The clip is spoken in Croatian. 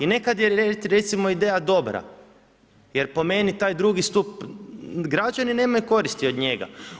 I nekad je recimo ideja dobra jer po meni taj II. stup, građani nemaju koristi od njega.